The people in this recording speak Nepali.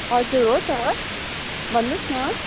हजुर हो त भन्नुस् न